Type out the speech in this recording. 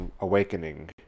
awakening